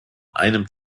einem